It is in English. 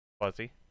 Fuzzy